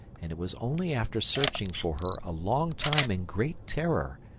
and it was only after searching for her a long time in great terror,